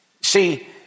See